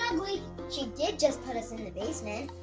she did just put us in in the basement.